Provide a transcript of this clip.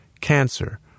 cancer